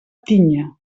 tinya